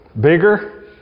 bigger